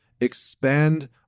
expand